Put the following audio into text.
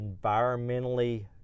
environmentally